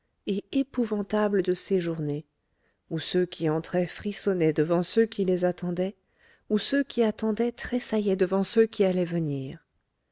et épouvantable de séjourner où ceux qui entraient frissonnaient devant ceux qui les attendaient où ceux qui attendaient tressaillaient devant ceux qui allaient venir